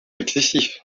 excessif